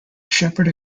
shepherd